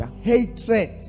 Hatred